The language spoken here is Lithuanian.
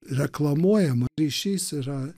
reklamuojama ryšiais yra